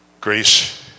grace